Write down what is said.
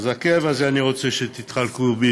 אז בכאב הזה אני רוצה שתתחלקו אתי,